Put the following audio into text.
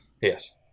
Yes